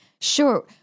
Sure